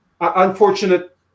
unfortunate